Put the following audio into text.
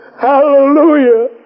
Hallelujah